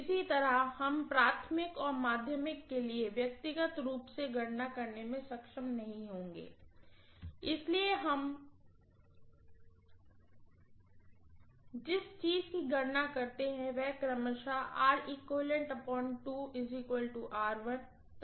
इसी तरह हम प्राइमरीऔर माध्यमिक के लिए व्यक्तिगत रूप से गणना करने में सक्षम नहीं होंगे इसलिए हम जिस चीज की गणना करते हैं वो क्रमश तथा हैं